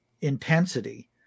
intensity